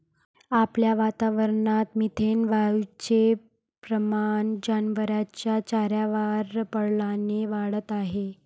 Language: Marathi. आपल्या वातावरणात मिथेन वायूचे प्रमाण जनावरांच्या चाऱ्यावर पडल्याने वाढत आहे